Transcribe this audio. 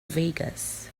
vegas